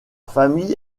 famille